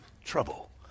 trouble